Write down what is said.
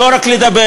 לא רק לדבר,